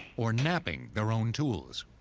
or knapping, their own tools.